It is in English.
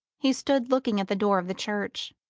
he stood looking at the door of the church.